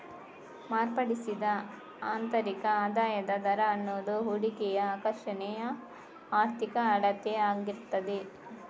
ಮಾರ್ಪಡಿಸಿದ ಆಂತರಿಕ ಆದಾಯದ ದರ ಅನ್ನುದು ಹೂಡಿಕೆಯ ಆಕರ್ಷಣೆಯ ಆರ್ಥಿಕ ಅಳತೆ ಆಗಿರ್ತದೆ